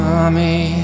Mommy